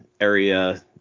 area